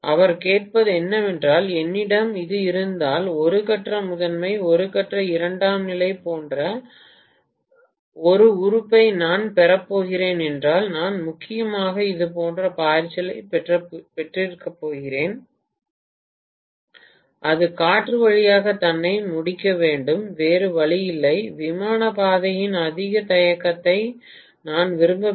அவர் கேட்பது என்னவென்றால் என்னிடம் இது இருந்தால் ஒரு கட்ட முதன்மை ஒரு கட்ட இரண்டாம் நிலை போன்ற ஒரு உறுப்பை நான் பெறப்போகிறேன் என்றால் நான் முக்கியமாக இது போன்ற பாய்ச்சலைப் பெறப்போகிறேன் அது காற்று வழியாக தன்னை முடிக்க வேண்டும் வேறு வழியில்லை விமான பாதையின் அதிக தயக்கத்தை நான் விரும்பவில்லை